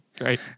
Great